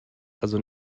also